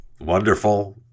Wonderful